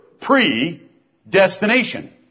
Predestination